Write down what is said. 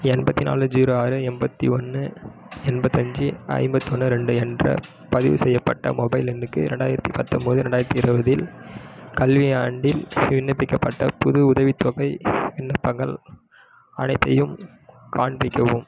எண்பத்து நாலு ஜீரோ ஆறு எண்பத்தி ஒன்று எண்பத்தஞ்சு ஐம்பத்தொன்று ரெண்டு என்ற பதிவுசெய்யப்பட்ட மொபைல் எண்ணுக்கு இரண்டாயிரத்து பத்தொம்பது ரெண்டாயிரத்து இருபதில் கல்வி ஆண்டில் விண்ணப்பிக்கப்பட்ட புது உதவித்தொகை விண்ணப்பங்கள் அனைத்தையும் காண்பிக்கவும்